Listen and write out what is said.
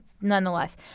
nonetheless